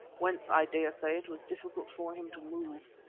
whence, i daresay, it was difficult for him to move.